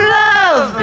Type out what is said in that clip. love